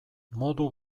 modu